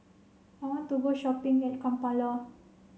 I want to go shopping at Kampala